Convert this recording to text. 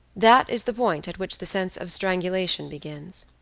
that is the point at which the sense of strangulation begins?